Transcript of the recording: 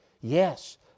Yes